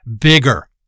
bigger